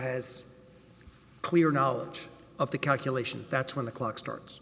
has clear knowledge of the calculation that's when the clock starts